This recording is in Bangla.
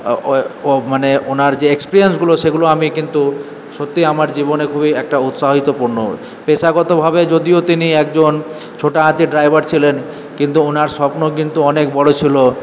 মানে ওনার যে এক্সপেরিয়েন্সগুলো আমি কিন্তু সত্যি আমার জীবনে খুবই একটা উৎসাহিতপূর্ণ পেশাগতভাবে যদিও তিনি একজন ছোটা হাতির ড্রাইভার ছিলেন কিন্তু ওনার স্বপ্ন কিন্তু অনেক বড়ো ছিল